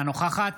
אינה נוכחת